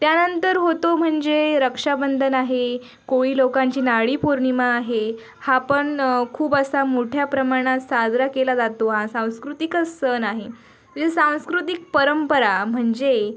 त्यानंतर होतो म्हणजे रक्षाबंधन आहे कोळी लोकांची नारळी पौर्णिमा आहे हा पण खूप असा मोठ्या प्रमाणात साजरा केला जातो हा सांस्कृतिकच सण आहे ही सांस्कृतिक परंपरा म्हणजे